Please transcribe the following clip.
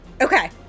Okay